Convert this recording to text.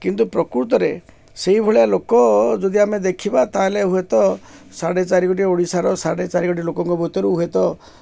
କିନ୍ତୁ ପ୍ରକୃତରେ ସେଇଭଳିଆ ଲୋକ ଯଦି ଆମେ ଦେଖିବା ତାହାହେଲେ ହୁଏତ ସାଢ଼େ ଚାରି କୋଟି ଓଡ଼ିଶାର ସାଢ଼େ ଚାରି କୋଟି ଲୋକଙ୍କ ଭିତରୁ ହୁଏତ